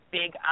big